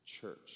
church